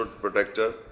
protector